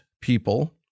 people